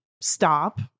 stop